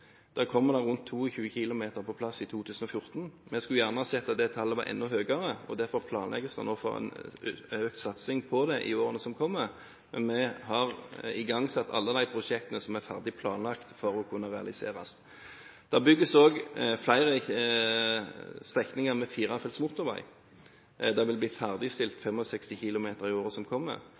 det kommer rundt 22 km på plass i 2014. Vi skulle gjerne sett at det tallet var enda høyere. Derfor planlegges det nå for en økt satsing på det i årene som kommer, men vi har igangsatt alle de prosjektene som er ferdig planlagt og klare til å realiseres. Det bygges også flere strekninger med firefelts motorvei. Det vil bli ferdigstilt 65 km i året som kommer.